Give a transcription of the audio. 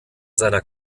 seiner